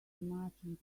marching